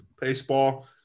baseball